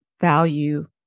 value